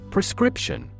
prescription